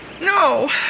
No